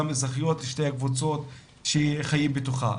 גם אזרחיות לשתי הקבוצות שחיים בתוכה.